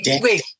wait